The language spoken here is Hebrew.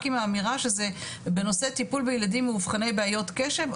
רק עם האמירה שזה בנושא טיפול בילדים מאובחני בעיות קשב,